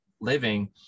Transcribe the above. living